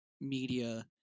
media